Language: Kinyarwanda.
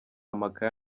amakaye